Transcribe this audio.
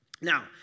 Now